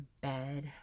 bed